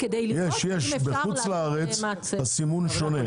בחוץ לארץ הסימון שונה.